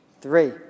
Three